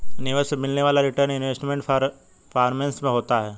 निवेश पर मिलने वाला रीटर्न इन्वेस्टमेंट परफॉरमेंस होता है